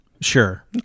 sure